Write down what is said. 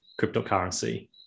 cryptocurrency